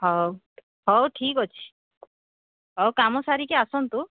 ହଉ ହଉ ଠିକ୍ ଅଛି ହଉ କାମ ସାରିକି ଆସନ୍ତୁ